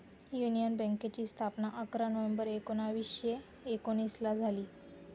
union बँकेची स्थापना अकरा नोव्हेंबर एकोणीसशे एकोनिसला झाली